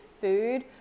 food